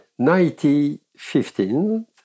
1915